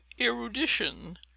erudition